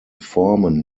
formen